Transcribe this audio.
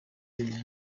lil